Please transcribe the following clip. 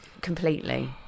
completely